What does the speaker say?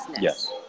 Yes